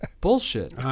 bullshit